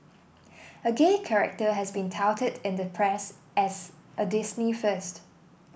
a gay character has been touted in the press as a Disney first